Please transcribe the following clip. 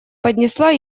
поднесла